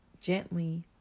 gently